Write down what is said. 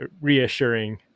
reassuring